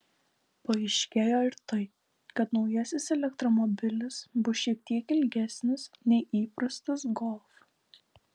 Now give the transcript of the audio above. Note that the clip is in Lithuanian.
paaiškėjo ir tai kad naujasis elektromobilis bus šiek tiek ilgesnis nei įprastas golf